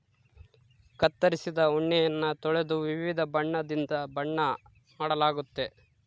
ಕತ್ತರಿಸಿದ ಉಣ್ಣೆಯನ್ನ ತೊಳೆದು ವಿವಿಧ ಬಣ್ಣದಿಂದ ಬಣ್ಣ ಮಾಡಲಾಗ್ತತೆ